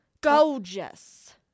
gorgeous